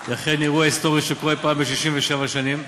היא אכן אירוע היסטורי שקורה פעם ב-67 שנים: